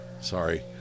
Sorry